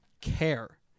care